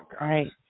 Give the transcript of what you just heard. Right